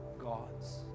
gods